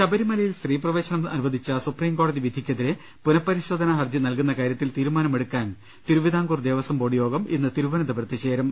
ശബരിമലയിൽ സ്ത്രീപ്രവേശനം അനുവദിച്ച സൂപ്രീം കോടതി വിധി ക്കെതിരെ പുനഃപരിശോധനാ ഹർജി നൽകുന്ന കാര്യത്തിൽ തീരുമാനമെടുക്കാൻ തിരുവിതാംകൂർ ദേവസ്വം ബോർഡ് യോഗം ഇന്ന് തിരുവനന്തപുരത്ത് ചേരും